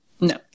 No